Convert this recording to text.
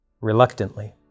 reluctantly